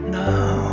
now